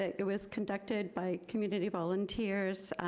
it was conducted by community volunteers